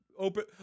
Open